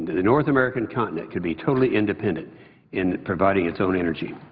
the north american continent could be totally independent in providing its own energy.